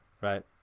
right